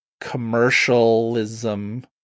commercialism